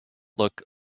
look